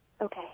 Okay